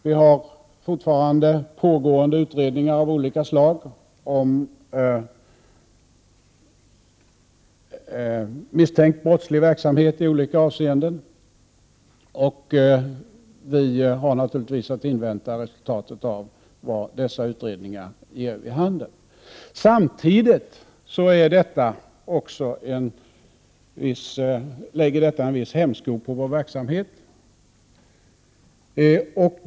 Vi har fortfarande pågående utredningar av olika slag om misstänkt brottslig verksamhet i olika avseenden, och vi har naturligtvis att invänta resultatet av dessa utredningar och se vad de ger. Samtidigt lägger detta en viss hämsko på vår verksamhet.